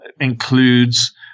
includes